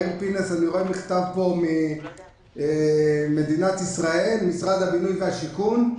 אני רואה מכתב ממדינת ישראל, משרד הבינוי השיכון,